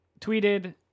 tweeted